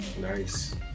Nice